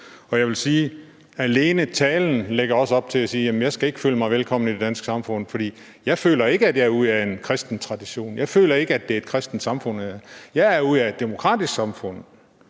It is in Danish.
Jeg vil sige, at alene talen lægger op til, at jeg ikke skal føle mig velkommen i det danske samfund, for jeg føler ikke, at jeg er ud af en kristen tradition. Jeg føler ikke, at det er et kristent samfund, jeg er ud af. Jeg er ud af et demokratisk samfund,